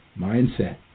mindset